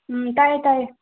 ꯎꯝ ꯇꯥꯏꯌꯦ ꯇꯥꯏꯌꯦ